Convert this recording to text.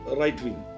right-wing